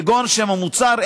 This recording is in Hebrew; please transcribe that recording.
כגון שם המוצר,